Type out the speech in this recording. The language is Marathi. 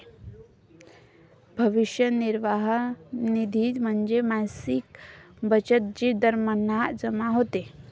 भविष्य निर्वाह निधी म्हणजे मासिक बचत जी दरमहा जमा होते